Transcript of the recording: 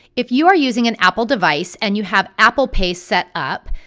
if you are using an apple device and you have apple pay set up,